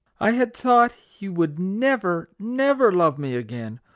i had thought he would never, never love me again!